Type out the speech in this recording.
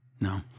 no